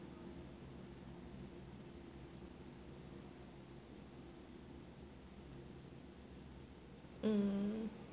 mm